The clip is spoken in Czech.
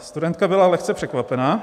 Studentka byla lehce překvapena.